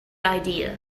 idea